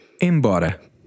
embora